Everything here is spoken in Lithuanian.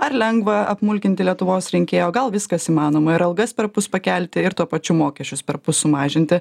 ar lengva apmulkinti lietuvos rinkėją o gal viskas įmanoma ir algas perpus pakelti ir tuo pačiu mokesčius perpus sumažinti